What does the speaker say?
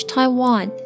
Taiwan 。